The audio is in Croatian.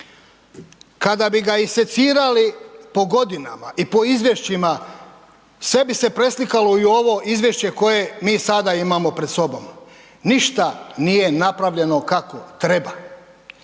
kada bi ga isecirali po godinama i po Izvješćima, sve bi se preslikalo i u ovo Izvješće koje mi sada imamo pred sobom, ništa nije napravljeno kako treba.